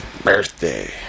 birthday